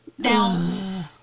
down